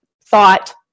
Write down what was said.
thought